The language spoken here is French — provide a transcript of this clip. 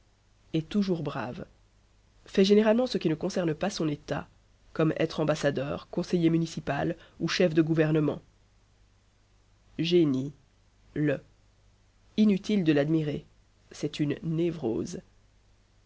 est toujours brave fait généralement ce qui ne concerne pas son état comme être ambassadeur conseiller municipal ou chef de gouvernement génie le inutile de l'admirer c'est une névrose